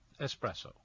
espresso